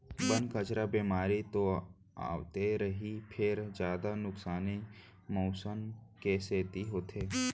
बन, कचरा, बेमारी तो आवते रहिथे फेर जादा नुकसानी मउसम के सेती होथे